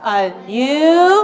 anew